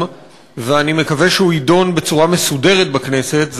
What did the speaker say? ואני מקווה שהוא יידון בצורה מסודרת בכנסת,